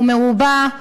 הוא מרובע,